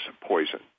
poison